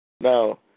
Now